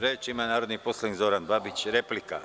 Reč ima narodni poslanik Zoran Babić, replika.